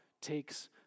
takes